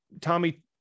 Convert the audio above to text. Tommy